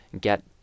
get